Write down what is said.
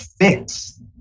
fix